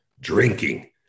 Drinking